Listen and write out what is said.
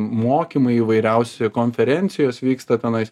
mokymai įvairiausi konferencijos vyksta tenais